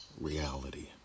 reality